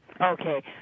Okay